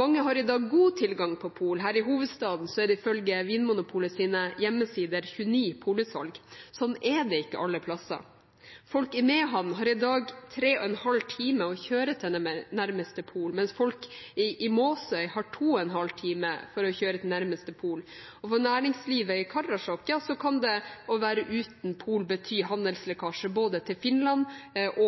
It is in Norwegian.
Mange har i dag god tilgang på pol. Her i hovedstaden er det ifølge Vinmonopolets hjemmesider 29 polutsalg. Slik er det ikke alle plasser. Folk i Mehamn har i dag 3,5 time å kjøre til nærmeste pol, mens folk i Måsøy har 2,5 time å kjøre til nærmeste pol. Og for næringslivet i Karasjok kan det å være uten pol bety handelslekkasje både til Finland